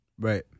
Right